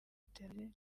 iterambere